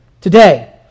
today